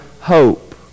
hope